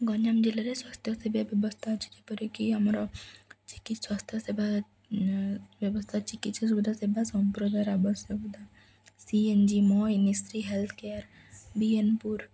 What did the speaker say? ଗଞ୍ଜାମ ଜିଲ୍ଲାରେ ସ୍ୱାସ୍ଥ୍ୟ ସେେବା ବ୍ୟବସ୍ଥା ଅଛି ଯେପରିକି ଆମର ସ୍ୱାସ୍ଥ୍ୟ ସେବା ବ୍ୟବସ୍ଥା ଚିକିତ୍ସା ସୁବିଧା ସେବା ସମ୍ପ୍ରଦାୟର ଆବଶ୍ୟକତା ସିଏନ୍ଜି ମୋ ଇନିଶ୍ରୀ ହେଲଥ୍ କେୟାର ବିଏନ୍ପୁର